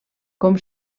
com